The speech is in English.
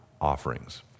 offerings